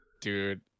Dude